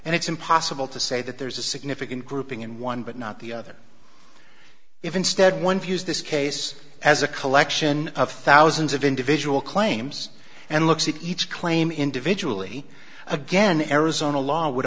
and it's impossible to say that there's a significant grouping in one but not the other if instead one views this case as a collection of thousands of individual claims and looks at each claim individually again arizona law would